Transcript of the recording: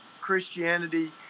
Christianity